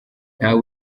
ntawe